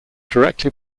directly